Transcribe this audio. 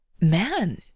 man